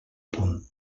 punt